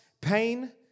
pain